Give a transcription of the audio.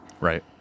Right